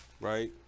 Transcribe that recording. right